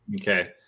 Okay